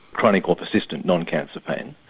chronic or persistent non-cancer pain,